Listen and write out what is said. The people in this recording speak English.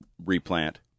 replant